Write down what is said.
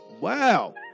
Wow